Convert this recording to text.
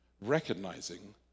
recognizing